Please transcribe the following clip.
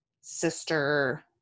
sister